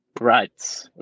Right